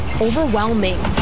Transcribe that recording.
overwhelming